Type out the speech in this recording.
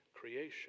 creation